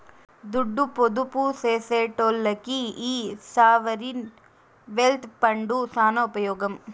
దుడ్డు పొదుపు సేసెటోల్లకి ఈ సావరీన్ వెల్త్ ఫండ్లు సాన ఉపమోగం